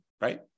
Right